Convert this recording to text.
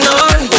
on